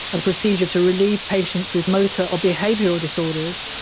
a procedure to relieve patients with motor or behavioural disorders,